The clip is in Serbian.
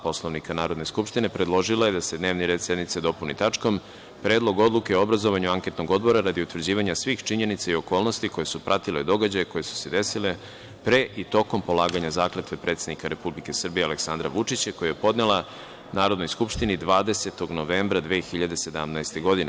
Poslovnika Narodne skupštine, predložila je da se dnevni red sednice dopuni tačkom - Predlog Odluke o obrazovanju Anketnog odbora radi utvrđivanja svih činjenica i okolnosti koje su pratile događaje koji su se desili pre i tokom polaganja zakletve predsednika Republike Srbije, Aleksandra Vučića, koji je podnela Narodnoj skupštini 20. novembra 2017. godine.